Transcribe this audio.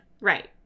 Right